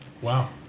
Wow